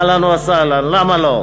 אהלן וסהלן, למה לא?